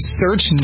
search